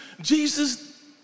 Jesus